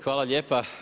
Hvala lijepa.